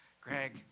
Greg